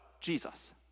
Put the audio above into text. Jesus